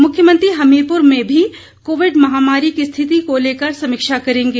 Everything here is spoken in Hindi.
मुख्यमंत्री हमीरपुर में भी कोविड महामारी की स्थिति को लेकर समीक्षा करेंगे